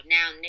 Now